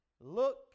look